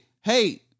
hey